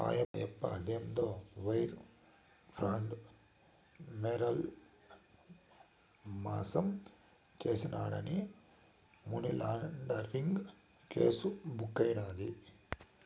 ఆయప్ప అదేందో wire fraud, mail మాసం చేసినాడాని మనీలాండరీంగ్ కేసు బుక్కైనాది